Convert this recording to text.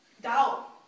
doubt